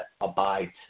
abides